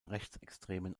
rechtsextremen